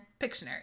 pictionary